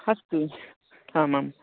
अस्तु आमां